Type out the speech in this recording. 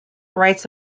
writes